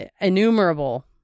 innumerable